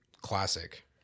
classic